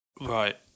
Right